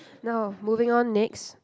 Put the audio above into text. no moving on next